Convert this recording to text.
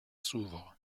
s’ouvrent